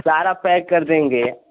सारा पैक कर देंगे